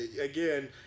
again